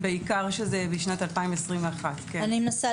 בוודאי,